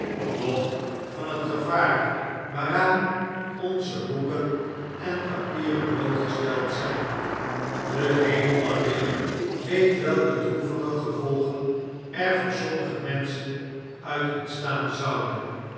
noch van het gevaar waaraan onze boeken en papieren blootgesteld zyn de hemel alleen weet welke droevige gevolgen er voor sommige menschen uit ontstaan zouden